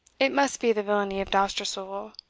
it must be the villany of dousterswivel,